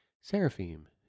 seraphim